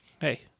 hey